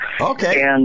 Okay